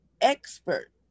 expert